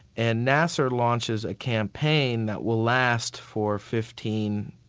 and nasser launches a campaign that will last for fifteen,